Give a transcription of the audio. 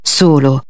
solo